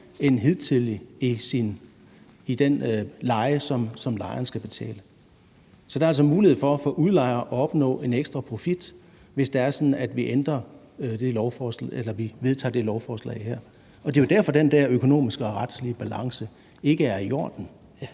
til den leje, som lejeren skal betale. Så der er altså mulighed for udlejeren for at opnå en ekstra profit, hvis det er sådan, at vi vedtager det her lovforslag. Og det er jo derfor, at den her økonomiske og retslige balance ikke er i orden.